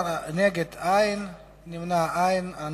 בעד, 11, נגד, אין, נמנעים, אין.